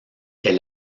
est